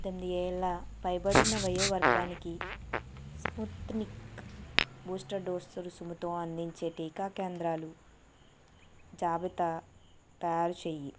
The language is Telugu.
పద్డెంది ఏళ్ళు పైబడిన వయో వర్గానికి స్పుత్నిక్ బూస్టర్ డోసు రుసుముతో అందించే టీకా కేంద్రాలు జాబితా తయారుచేయి